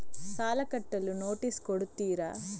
ಸಾಲ ಕಟ್ಟಲು ನೋಟಿಸ್ ಕೊಡುತ್ತೀರ?